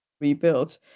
rebuilt